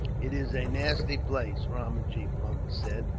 it is a nasty place, ramajee punt said,